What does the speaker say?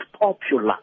popular